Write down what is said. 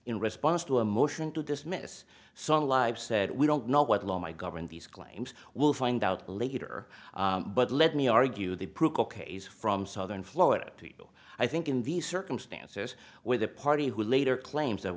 in response to a motion to dismiss song live said we don't know what the law my government these claims we'll find out later but let me argue the book ok's from southern florida i think in these circumstances where the party who later claims th